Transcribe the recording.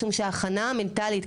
משום שההכנה המנטלית,